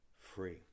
free